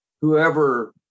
whoever